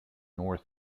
north